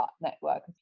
network